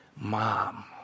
mom